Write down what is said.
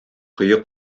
кое